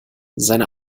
seine